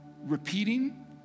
repeating